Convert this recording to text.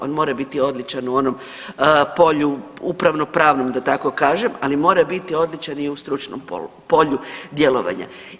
On mora biti odličan u onom polju upravno-pravnom da tako kažem, ali mora biti odličan i u stručnom polju djelovanja.